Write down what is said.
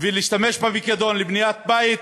ולהשתמש בפיקדון לבניית בית.